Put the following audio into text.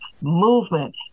movement